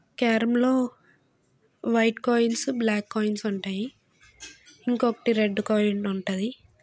క్యారంలో white coins black coins ఉంటాయి ఇంకొకటి red coin ఉంటుంది